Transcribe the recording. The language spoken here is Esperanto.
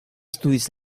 studis